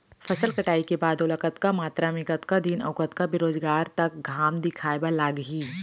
फसल कटाई के बाद ओला कतका मात्रा मे, कतका दिन अऊ कतका बेरोजगार तक घाम दिखाए बर लागही?